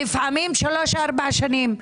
לפעמים שלוש ארבע שנים.